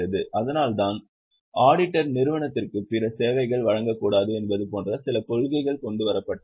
அதனால்தான் ஆடிட்டர் நிறுவனத்திற்கு பிற சேவைகளை வழங்கக்கூடாது என்பது போன்ற சில கொள்கைகள் கொண்டு வரப்பட்டுள்ளன